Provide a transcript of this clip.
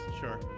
Sure